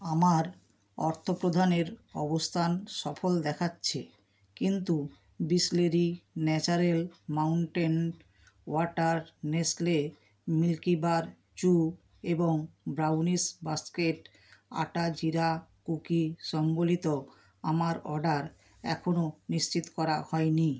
আমার অর্থপ্রদানের অবস্থান সফল দেখাচ্ছে কিন্তু Bisleri natural mountain water Nestle Milkybar choo এবং brownies basket atta jeera cookie সম্বলিত আমার অর্ডার এখনও নিশ্চিত করা হয়নি